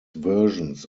versions